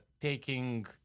taking